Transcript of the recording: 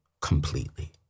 completely